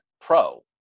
pro